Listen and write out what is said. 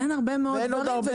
אין הרבה מאוד דברים.